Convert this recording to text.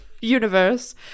universe